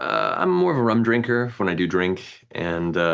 um i'm more of a rum drinker when i do drink and,